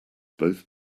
both